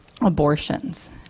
abortions